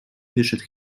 wyszedł